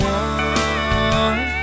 one